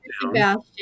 Sebastian